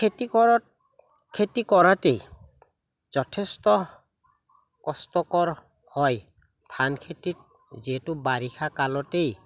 খেতি কৰত খেতি কৰাতেই যথেষ্ট কষ্টকৰ হয় ধান খেতিত যিহেতু বাৰিষা কালতেই